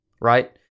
Right